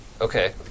Okay